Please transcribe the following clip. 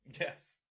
yes